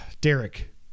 derek